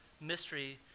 mystery